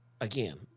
again